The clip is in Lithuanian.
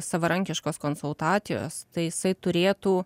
savarankiškos konsultacijos tai jisai turėtų